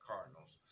Cardinals